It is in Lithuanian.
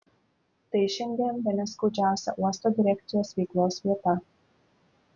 tai šiandien bene skaudžiausia uosto direkcijos veiklos vieta